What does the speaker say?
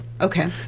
Okay